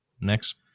Next